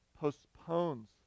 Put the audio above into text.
postpones